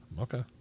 Okay